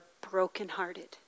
brokenhearted